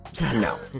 No